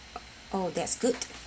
oh that's good